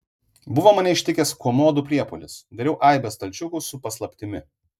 buvo mane ištikęs komodų priepuolis dariau aibę stalčiukų su paslaptimi